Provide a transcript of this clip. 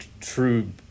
true